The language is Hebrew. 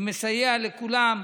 זה מסייע לכולם.